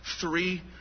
three